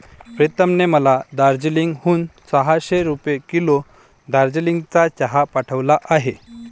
प्रीतमने मला दार्जिलिंग हून सहाशे रुपये किलो दार्जिलिंगचा चहा पाठवला आहे